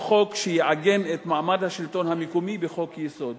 או חוק שיעגן את מעמד השלטון המקומי בחוק-יסוד,